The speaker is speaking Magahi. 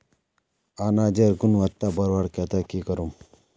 अनाजेर गुणवत्ता बढ़वार केते की करूम?